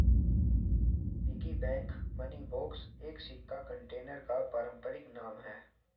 piggy bank money box एक सिक्का container का पारंपरिक नाम है